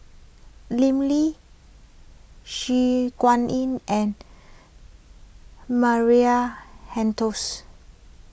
Lim Lee Su Guaning and Maria